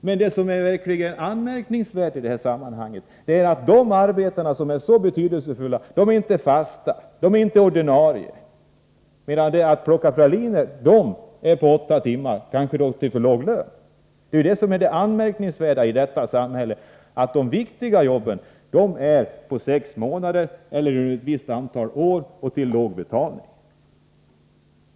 Men det verkligt anmärkningsvärda är att de arbeten som är så betydelsefulla, de är inte fasta, ordinarie, medan arbetet att plocka praliner är på åtta timmar, kanske med för låg lön. Det anmärkningsvärda är att de viktiga arbetena skulle vara på sex månader eller ett visst antal år och till låg betalning.